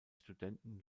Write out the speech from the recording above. studenten